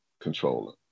controller